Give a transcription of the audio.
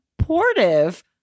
supportive